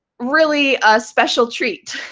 really a special treat.